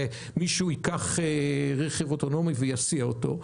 שמישהו ייקח רכב אוטונומי ויסיע אותו.